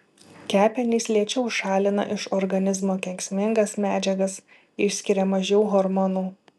kepenys lėčiau šalina iš organizmo kenksmingas medžiagas išskiria mažiau hormonų